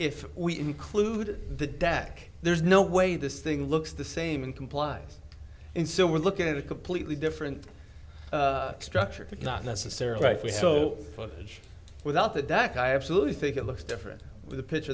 if we included the deck there's no way this thing looks the same in compliance and so we're looking at a completely different structure but not necessarily so footage without the dac i absolutely think it looks different with a picture